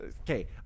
Okay